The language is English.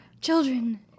Children